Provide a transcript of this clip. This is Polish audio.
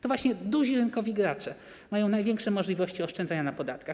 To właśnie duzi rynkowi gracze mają największe możliwości oszczędzania na podatkach.